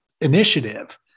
initiative